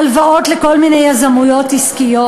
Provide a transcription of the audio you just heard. הלוואות לכל מיני יוזמות עסקיות.